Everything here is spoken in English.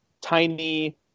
tiny